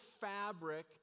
fabric